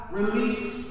release